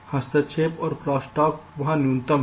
इसलिए हस्तक्षेप और क्रॉसस्टॉक वहां न्यूनतम हैं